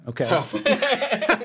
Okay